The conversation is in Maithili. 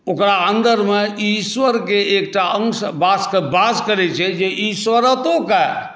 ओकरा अन्दरमे ईश्वरके एकटा अंश वास करैत छै जे ईश्वरत्वके